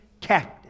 captive